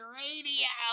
radio